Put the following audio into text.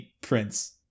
Prince